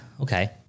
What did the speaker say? okay